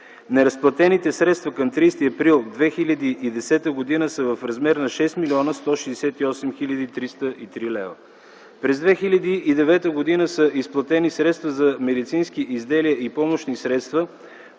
Неразплатените средства към 30 април 2010 г. са в размер на 6 млн. 168 хил. 303 лв. През 2009 г. са изплатени средства за медицински изделия и помощни средства